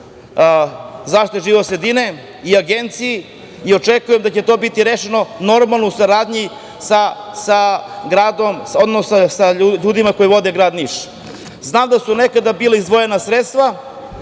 zaštitu životne sredine i agenciji i očekujem da će to biti rešeno u saradnji sa ljudima koji vode Niš. Znam da su nekada bila izdvojena sredstva,